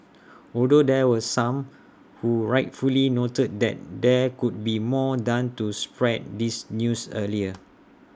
although there was some who rightfully noted that there could be more done to spread this news earlier